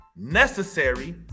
necessary